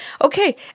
Okay